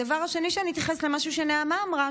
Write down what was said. הדבר השני שאני אתייחס אליו זה משהו שנעמה אמרה,